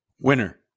Winner